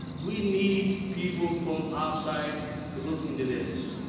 we need people from our side to look into this.